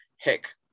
hick